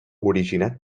originat